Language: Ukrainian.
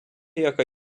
яка